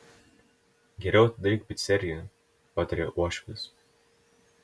geriau atidaryk piceriją pataria uošvis